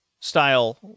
style